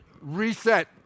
Reset